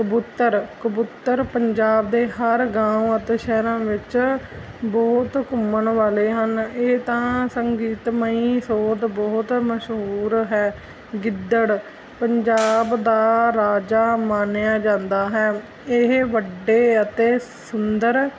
ਕਬੂਤਰ ਕਬੂਤਰ ਪੰਜਾਬ ਦੇ ਹਰ ਗਾਓਂ ਅਤੇ ਸ਼ਹਿਰਾਂ ਵਿੱਚ ਬਹੁਤ ਘੁੰਮਣ ਵਾਲੇ ਹਨ ਇਹ ਤਾਂ ਸੰਗੀਤਮਈ ਸੋਧ ਬਹੁਤ ਮਸ਼ਹੂਰ ਹੈ ਗਿੱਦੜ ਪੰਜਾਬ ਦਾ ਰਾਜਾ ਮੰਨਿਆ ਜਾਂਦਾ ਹੈ ਇਹ ਵੱਡੇ ਅਤੇ ਸੁੰਦਰ